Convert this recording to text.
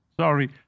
Sorry